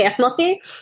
family